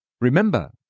remember